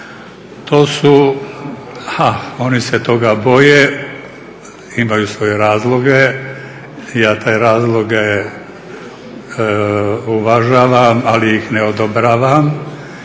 To su, ha oni se toga boje, imaju svoje razloge, ja te razloge uvažavam ali ih ne odobravam.